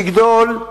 לגדול,